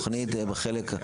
תוכנית בחלק הקיבוצי.